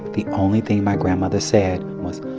the only thing my grandmother said was,